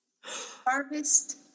Harvest